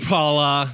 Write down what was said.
Paula